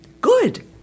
good